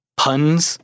puns